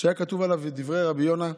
שהיה כתוב עליו דברי רבי יונה במשלי: